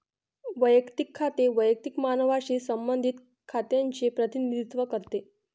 वैयक्तिक खाते वैयक्तिक मानवांशी संबंधित खात्यांचे प्रतिनिधित्व करते